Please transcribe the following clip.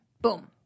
Boom